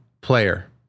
player